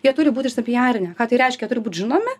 jie turi būt išsipijarinę ką tai reiškia turi būt žinomi